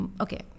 okay